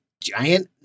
giant